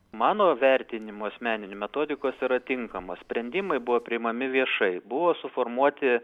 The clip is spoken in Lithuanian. mano vertinimu asmeniniu metodikos yra tinkamos sprendimai buvo priimami viešai buvo suformuoti